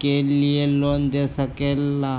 के लिए लोन दे सके ला?